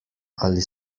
ali